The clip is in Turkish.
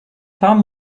tam